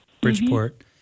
Bridgeport